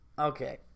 Okay